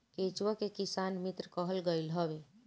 केचुआ के किसान मित्र कहल गईल हवे